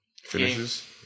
finishes